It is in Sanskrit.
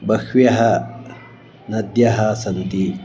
बह्व्यः नद्यः सन्ति